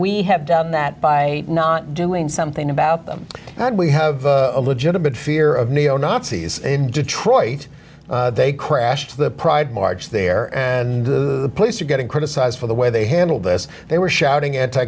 we have done that by not doing something about them that we have a legitimate fear of neo nazis in detroit they crashed the pride march there and the police are getting criticized for the way they handled this they were shouting